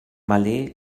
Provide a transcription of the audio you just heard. malé